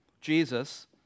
Jesus